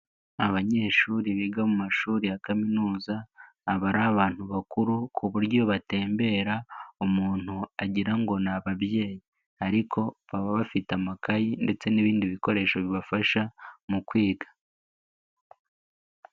Abanyeshuri biga mu mashuri ya kaminuza, aba ari abantu bakuru ku buryo batembera umuntu agira ngo ni ababyeyi. Ariko baba bafite amakayi ndetse n'ibindi bikoresho bibafasha mu kwiga.